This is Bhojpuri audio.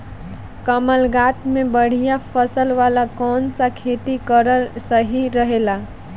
कमलागत मे बढ़िया फसल वाला कौन सा खेती करल सही रही?